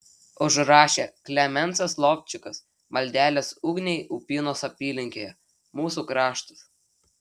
užrašė klemensas lovčikas maldelės ugniai upynos apylinkėje mūsų kraštas